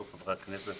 הכנסת,